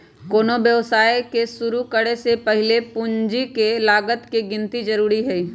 कोनो व्यवसाय के शुरु करे से पहीले पूंजी के लागत के गिन्ती जरूरी हइ